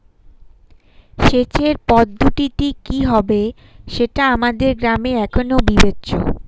সেচের পদ্ধতিটি কি হবে সেটা আমাদের গ্রামে এখনো বিবেচ্য